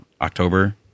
October